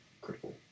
critical